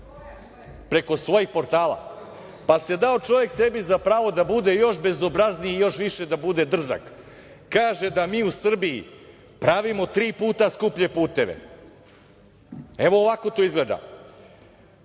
preko svojih portala, pa je dao čovek sebi za pravo da bude još bezobrazniji i još više da bude drzak, kaže da mi u Srbiji pravimo tri puta skuplje puteve. Evo ovako to izgleda.